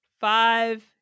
five